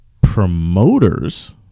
Promoters